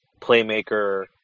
playmaker